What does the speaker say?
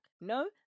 no